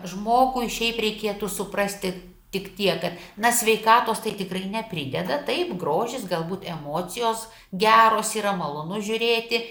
žmogui šiaip reikėtų suprasti tik tiek kad na sveikatos tai tikrai neprideda taip grožis galbūt emocijos geros yra malonu žiūrėti